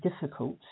difficult